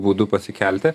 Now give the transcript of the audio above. būdu pasikelti